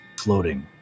floating